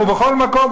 ובכל מקום,